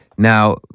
now